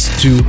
two